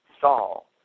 Saul